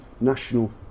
national